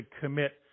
commit